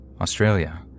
Australia